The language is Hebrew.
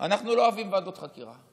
אנחנו לא אוהבים ועדות חקירה,